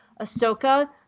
Ahsoka